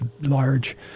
large